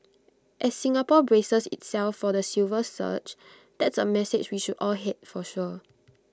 as Singapore braces itself for the silver surge that's A message we should all heed for sure